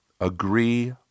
Agree